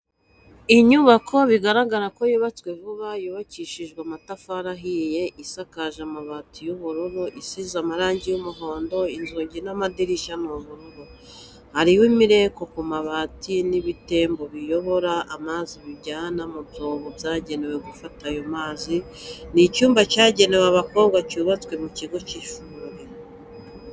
Inyubako bigaragara ko yubatswe vuba yubakishije amatafari ahiye, isakaje amabati y'ubururu isize amarangi y'umuhondo inzugi n'amadirishya ni ubururu. Hariho imireko ku mabati n'ibitembo biyobora amazi biyajyana mu byobo byagenewe gufata ayo mazi, ni icyumba cyagenewe abakobwa cyubatswe mu kigo cy'ishuri.